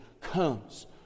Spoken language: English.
comes